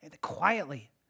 quietly